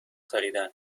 خریدن